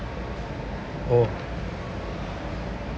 mm